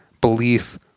belief